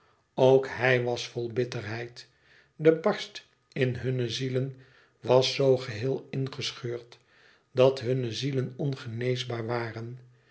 ook hij was vol bitterheid de barst in hunne zielen was zoo geheel ingescheurd dat hunne zielen ongeneesbaar waren